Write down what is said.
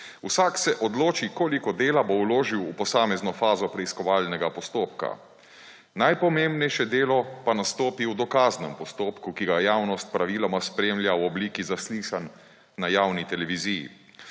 Vsak se odloči, koliko dela bo vložil v posamezno fazo preiskovalnega postopka. Najpomembnejše delo pa nastopi v dokaznem postopku, ki ga javnost praviloma spremlja v obliki zaslišanj na javnih televiziji.